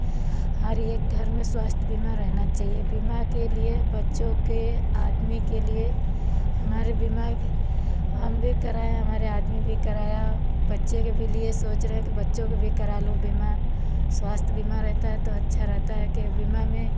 हर एक घर में स्वास्थ बीमा रहना चाहिए बीमा के लिए बच्चों के आदमी के लिए हमारे बीमा के हम भी कराए हमारे आदमी भी कराया बच्चे के भी लिए सोच रहें कि बच्चो की भी करा लूँ बीमा स्वास्थ बीमा रहता है तो अच्छा रहता है कि बीमा में